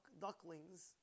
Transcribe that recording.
ducklings